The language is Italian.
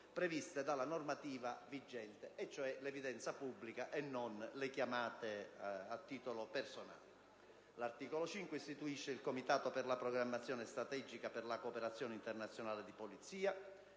previste dalla normativa vigente, ossia l'evidenza pubblica e non le chiamate a titolo personale. L'articolo 5 istituisce il Comitato per la programmazione strategica per la cooperazione internazionale di polizia.